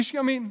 איש ימין.